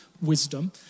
wisdom